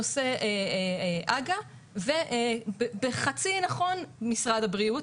נושא הג"א ובחצי נכון משרד הבריאות,